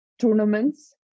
tournaments